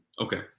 Okay